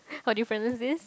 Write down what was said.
how do you present this